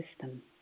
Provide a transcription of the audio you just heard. system